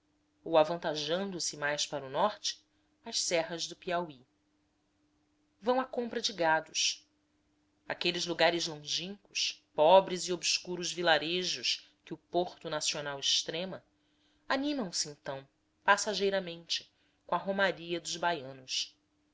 ou avantajando se mais para o norte as serras do piauí vão à compra de gados aqueles lugares longínquos pobres e obscuros vilarejos que o porto nacional extrema animam se então passageiramente com a romaria dos baianos